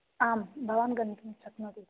आं भवान् गन्तुं शक्नोति इतः